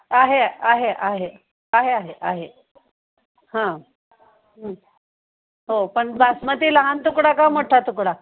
आहे आहे आहे आहे आहे आहे हां हो पण बासमती लहान तुकडा का मोठा तुकडा